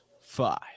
five